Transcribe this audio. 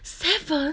seven